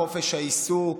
חופש העיסוק,